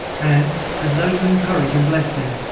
and, as though to encourage and bless me,